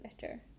better